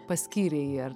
paskyrei ar